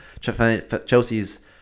Chelsea's